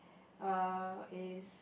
uh is